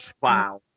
Wow